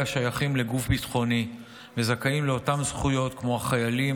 השייכים לגוף ביטחוני וזכאים לאותן זכויות כמו החיילים,